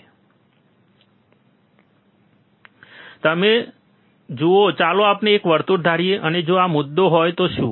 તો તમે જુઓ ચાલો આપણે એક વર્તુળ ધારીએ અને જો આ મુદ્દો હોય તો શું